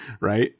right